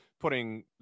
putting